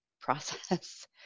process